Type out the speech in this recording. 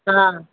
हा